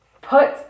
put